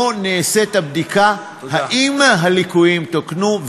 לא נעשית הבדיקה אם הליקויים תוקנו,